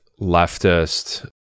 leftist